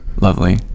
lovely